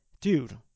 dude